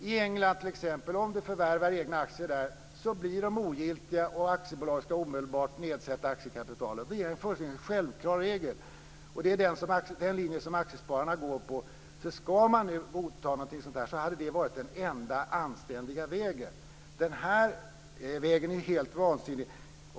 Om man t.ex. förvärvar egna aktier i England blir de ogiltiga och aktiebolaget ska omedelbart nedsätta aktiekapitalet. Det är en fullständigt självklar regel. Det är den linje som Aktiespararna följer. Ska man nu godta något som detta hade det varit den enda anständiga vägen. Den här vägen är helt vansinnig.